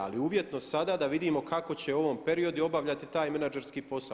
Ali uvjetno sada da vidimo kako će u ovom periodu obavljati taj menadžerski posao.